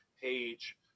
page